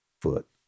foot